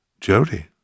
Jody